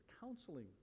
counseling